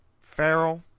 Farrell